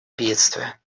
бедствия